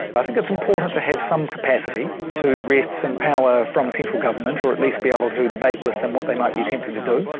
but i think it's important to have some capacity to wrest some power from central government, or at least be able to debate with them what they might be attempting to do,